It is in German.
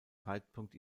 zeitpunkt